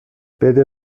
بده